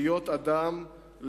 להיות אדם,